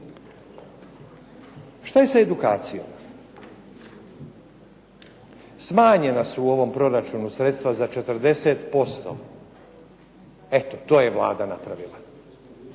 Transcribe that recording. Što je sa edukacijom? Smanjena su u ovom proračunu sredstva za 40%, eto to je Vlada napravila.